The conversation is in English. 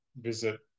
visit